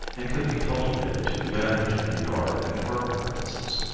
and could be cultivated to advantage for yard and park purposes.